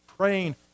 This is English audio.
Praying